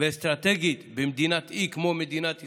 ואסטרטגית במדינת אי כמו מדינת ישראל,